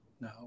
No